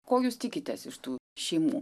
ko jūs tikitės iš tų šeimų